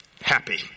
Happy